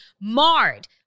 marred